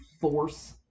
force